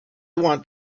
want